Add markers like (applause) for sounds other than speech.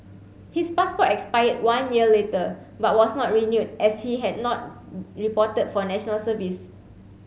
his passport expired one year later but was not renewed as he had not (hesitation) reported for National Service